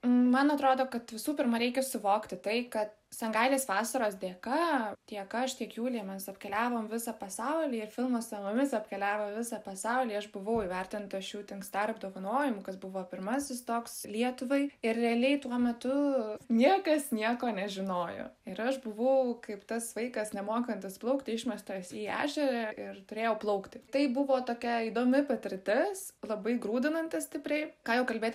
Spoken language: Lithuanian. man atrodo kad visų pirma reikia suvokti tai kad sangailės vasaros dėka tiek aš tiek julija mes apkeliavom visą pasaulį filmas su mumis apkeliavo visą pasaulį aš buvau įvertinta šiūting star apdovanojimu kas buvo pirmasis toks lietuvai ir realiai tuo metu niekas nieko nežinojo ir aš buvau kaip tas vaikas nemokantis plaukti išmestas į ežerą ir turėjau plaukti tai buvo tokia įdomi patirtis labai grūdinanti stipriai ką jau kalbėti